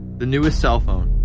the newest cell phone,